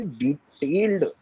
detailed